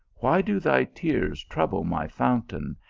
why do thy tears trouble my fountain,